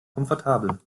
komfortabel